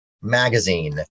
magazine